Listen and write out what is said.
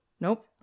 nope